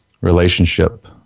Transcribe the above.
relationship